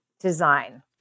design